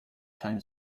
time